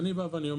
ואני בא ואומר,